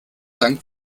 dank